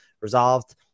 resolved